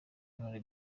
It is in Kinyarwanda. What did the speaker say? none